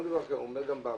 הוא אומר גם בעבר,